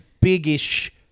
big-ish